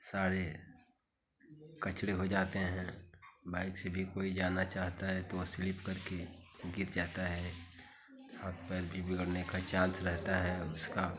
सारा कीचड़ हो जाते हैं बाइक से भी कोई जाना चाहता है तो वह स्लिप करके गिर जाता है हाथ पैर भी बिगड़ने का चांस रहता है उसका